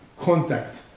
contact